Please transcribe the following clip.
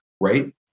right